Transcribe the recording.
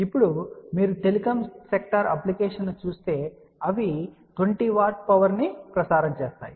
ఇప్పుడు మీరు telecom sector అప్లికేషన్ను చూస్తే అవి 20 వాట్ పవర్ ప్రసారం చేస్తాయి